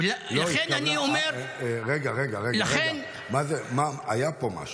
לכן אני אומר --- היה פה משהו.